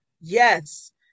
Yes